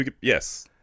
Yes